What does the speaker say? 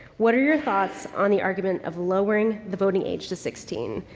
what are your thoughts on the argument of lowering the voting age to sixteen?